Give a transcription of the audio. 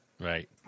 right